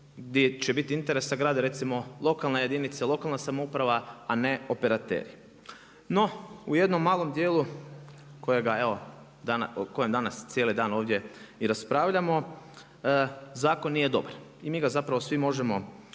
gdje će biti interesa grada, recimo lokalne jedinice, lokalna samouprava, a ne operateri. No, u jednom malom dijelu, kojega evo, o kojemu danas cijeli dan ovdje i raspravljamo, zakon nije dobar. Mi ga zapravo svi možemo ispraviti